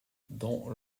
dans